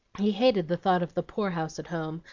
he hated the thought of the poor-house at home,